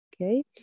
okay